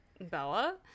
Bella